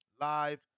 Live